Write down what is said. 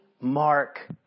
mark